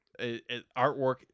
Artwork